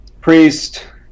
Priest